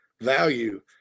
value